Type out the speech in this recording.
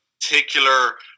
particular